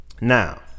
now